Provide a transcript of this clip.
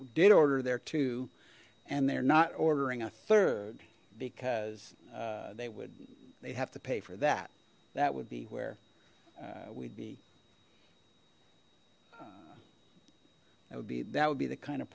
did order their to and they're not ordering a third because they would they'd have to pay for that that would be where we'd be that would be that would be the kind of